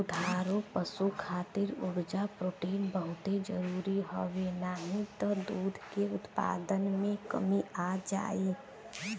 दुधारू पशु खातिर उर्जा, प्रोटीन बहुते जरुरी हवे नाही त दूध के उत्पादन में कमी आ जाई